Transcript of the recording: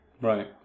Right